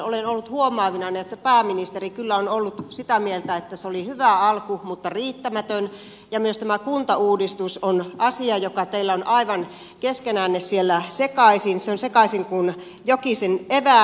olen ollut huomaavinani että pääministeri kyllä on ollut sitä mieltä että se oli hyvä alku mutta riittämätön ja myös tämä kuntauudistus on asia joka teillä on aivan keskenänne siellä sekaisin se on sekaisin kuin jokisen eväät